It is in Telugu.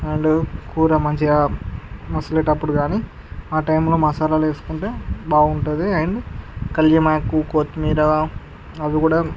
అండ్ కూర మంచిగా మసిలేటప్పుడు కానీ ఆ టైంలో మసాలాలు వేసుకుంటే బాగుంటుంది అండ్ కల్యమాకు కొత్తిమీర అవి కూడా